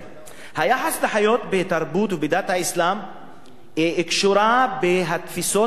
היחס לחיות בתרבות ובדת האסלאם קשור בתפיסות הבסיסיות